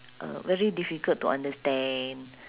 uh very difficult to understand